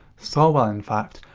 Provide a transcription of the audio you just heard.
so well in fact,